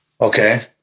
okay